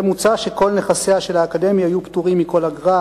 מוצע שכל נכסיה של האקדמיה יהיו פטורים מכל אגרה,